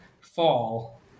fall